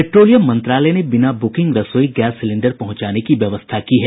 petroleum मंत्रालय ने बिना ब्रकिंग रसोई गैस सिलेंडर पहुचाने की व्यवस्था की है